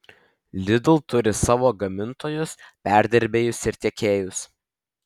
lidl turi savo gamintojus perdirbėjus ir tiekėjus